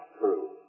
true